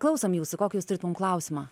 klausom jūsų kokį jūs turit mum klausimą